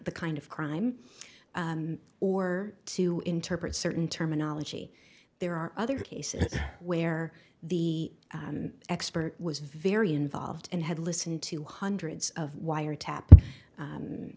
the kind of crime or to interpret certain terminology there are other cases where the expert was very involved and had listened to hundreds of wiretap